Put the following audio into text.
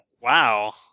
Wow